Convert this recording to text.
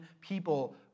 people